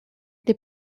des